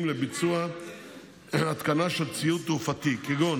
לביצוע התקנה של ציוד תעופתי כגון